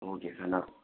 okay sir நான்